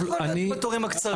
איך זה יכול להיות עם התורים הקצרים?